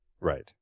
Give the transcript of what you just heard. Right